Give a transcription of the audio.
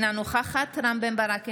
אינה נוכחת רם בן ברק,